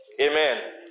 Amen